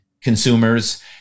consumers